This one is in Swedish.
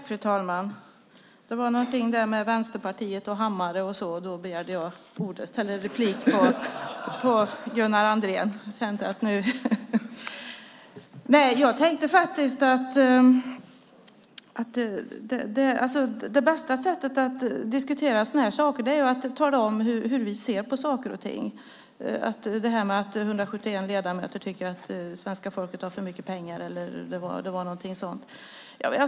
Fru talman! Det var någonting om Vänsterpartiet, hammare och sådant som fick mig att begära replik på Gunnar Andréns anförande. Bästa sättet att diskutera sådana här frågor är att tala om hur vi ser på saker och ting. Jag tänker exempelvis på det här med att 171 ledamöter tycker att svenska folket har för mycket pengar - eller något sådant.